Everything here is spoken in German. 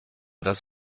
das